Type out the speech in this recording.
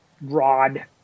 rod